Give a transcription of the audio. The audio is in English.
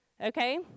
okay